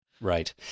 Right